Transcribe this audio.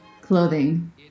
clothing